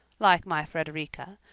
like my frederica,